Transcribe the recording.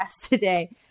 today